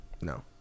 No